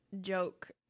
joke